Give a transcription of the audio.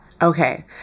Okay